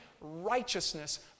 righteousness